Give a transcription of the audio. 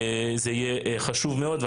זה יהיה חשוב מאוד.